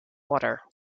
water